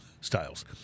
styles